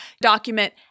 Document